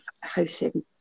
housing